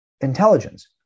intelligence